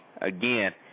Again